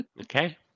Okay